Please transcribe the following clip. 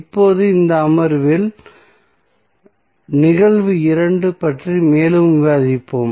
இப்போது இந்த அமர்வில் நிகழ்வு 2 பற்றி மேலும் விவாதிப்போம்